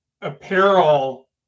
apparel